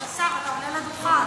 אתה שר, אתה עולה על הדוכן.